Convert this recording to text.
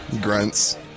Grunts